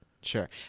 Sure